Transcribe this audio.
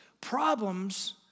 problems